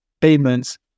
payments